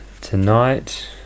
tonight